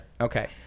okay